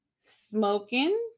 smoking